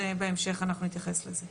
בהמשך אנחנו נתייחס לזה.